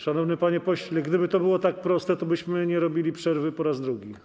Szanowny panie pośle, gdyby to było tak proste, to byśmy nie robili przerwy po raz drugi.